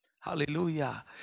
Hallelujah